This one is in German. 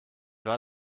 war